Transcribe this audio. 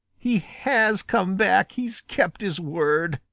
he has come back. he's kept his word,